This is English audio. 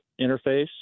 interface